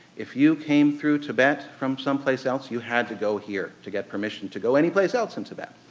if you came through tibet from someplace else you had to go here to get permission to go anyplace else in tibet.